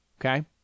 okay